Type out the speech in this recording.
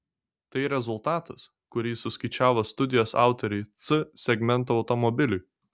tai rezultatas kurį suskaičiavo studijos autoriai c segmento automobiliui